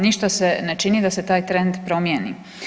Ništa se ne čini da se taj trend promijeni.